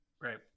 right